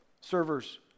Servers